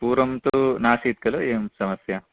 पूर्वं तु नासीत् खलु एवं समस्या